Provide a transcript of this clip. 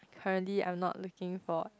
currently I am not looking for